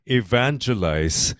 evangelize